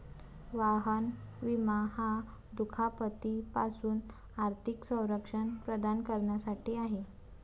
वाहन विमा हा दुखापती पासून आर्थिक संरक्षण प्रदान करण्यासाठी आहे